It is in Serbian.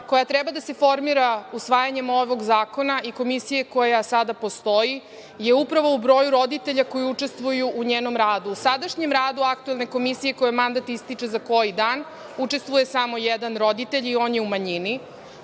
koja treba da se formira usvajanjem ovog zakona i komisije koja sada postoji je upravo u broju roditelja koji učestvuju u njenom radu.U sadašnjem radu aktuelne komisije, kojoj je mandat ističe za koji dan, učestvuje samo jedan roditelj i on je u manjini.